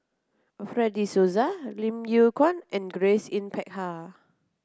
Fred De Souza Lim Yew Kuan and Grace Yin Peck Ha